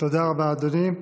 תודה רבה, אדוני.